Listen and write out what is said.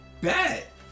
bet